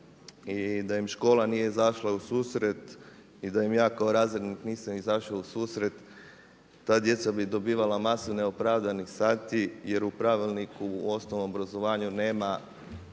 i da im škola nije izašla u susret i da im ja kao razrednik nisam izašao u susret ta djeca bi dobivala masu neopravdanih sati jer u Pravilniku u osnovnom obrazovanju nema